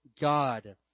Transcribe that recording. God